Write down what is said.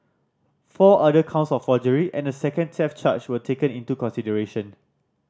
four other counts of forgery and a second theft charge were taken into consideration